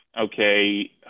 okay